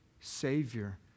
Savior